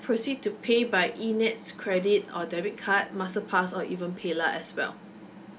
proceed to pay by E nets credit or debit card master pass or even pay lah as well